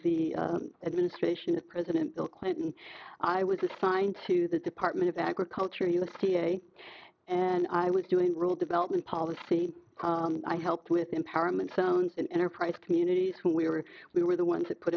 the administration of president bill clinton i was assigned to the department of agriculture u c l a and i was doing rule development policy i helped with empowerment zones in enterprise communities when we were we were the ones that put